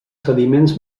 sediments